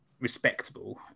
respectable